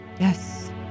Yes